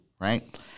right